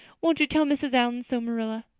won't you tell mrs. allan so, marilla?